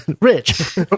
Rich